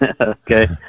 Okay